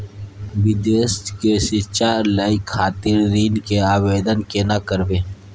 विदेश से शिक्षा लय खातिर ऋण के आवदेन केना करबे?